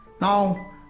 Now